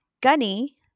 Gunny